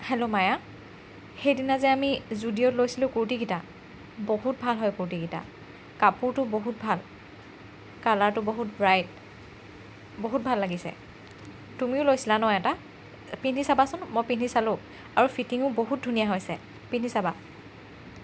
hello Maya সেইদিনা যে আমি যুদিঅ'ত লৈছিলো কুৰ্তিকেইটা বহুত ভাল হয় কুৰ্তিকেইটা কাপোৰটো বহুত ভাল কালাৰটো বহুত ব্ৰাইট বহুত ভাল লাগিছে তুমিও লৈছিলা ন এটা পিন্ধি চাবাচোন মই পিন্ধি চালোঁ আৰু ফিটিঙো বহুত ধুনীয়া হৈছে পিন্ধি চাবা